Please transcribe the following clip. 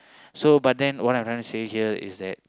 so but then what I'm trying to say here is that